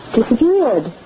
Disappeared